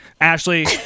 Ashley